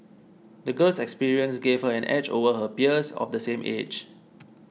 the girl's experiences gave her an edge over her peers of the same age